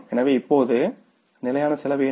எனவே இப்போது நிலையான செலவு என்ன